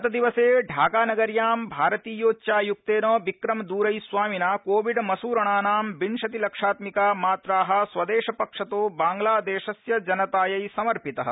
गतदिवसे ढाका नगर्यां भारतीयोच्चायुक्तेन विक्रम दुरई स्वामिना कोविड मसूरणानां विंशति लक्षात्मिका मात्राः स्वदेश पक्षतो बांग्लादेशस्य जनतायै समर्पितः